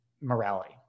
morality